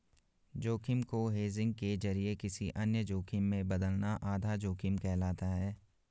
जोखिम को हेजिंग के जरिए किसी अन्य जोखिम में बदलना आधा जोखिम कहलाता है